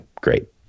great